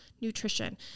nutrition